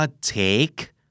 take